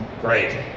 Great